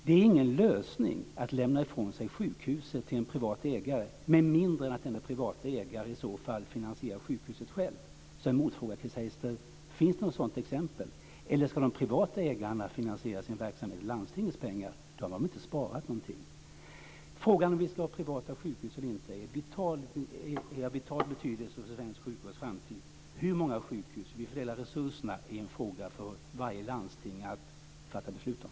Det är ingen lösning att lämna ifrån sig sjukhuset till en privat ägare med mindre än att denne privata ägare i så fall finansierar sjukhuset själv. Jag har en motfråga till Chris Heister: Finns det något sådant exempel? Eller ska de privata ägarna sin verksamhet med landstingets pengar? Då har man inte sparat någonting. Frågan om vi ska ha privata sjukhus eller inte är av vital betydelse för svensk sjukvårds framtid. Hur många sjukhus vi ska ha och hur vi fördelar resurserna är en fråga för varje landsting att fatta beslut om.